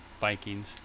Vikings